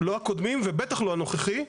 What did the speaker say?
לא הקודמים ובטח לא הנוכחי,